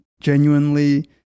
genuinely